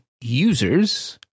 users